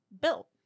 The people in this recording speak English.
built